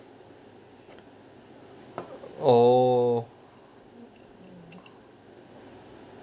oh